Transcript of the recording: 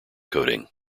coating